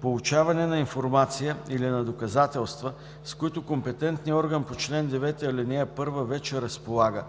получаването на информация или на доказателства, с които компетентният орган по чл. 9, ал. 1 вече разполага